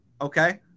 Okay